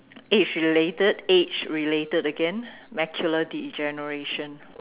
age related age related again macular degeneration